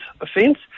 offence